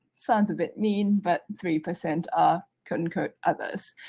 sounds a bit mean, but three percent are concord others.